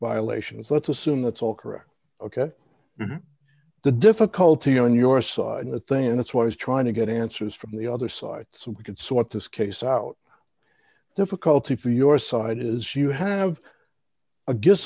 by lation let's assume that's all correct ok the difficulty on your side and the thing that's why i was trying to get answers from the other side so we could sort this case out difficulty for your side is you have a g